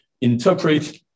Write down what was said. interpret